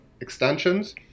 extensions